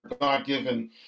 God-given